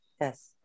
Yes